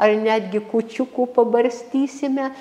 ar netgi kūčiukų pabarstysime